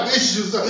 issues